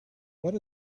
what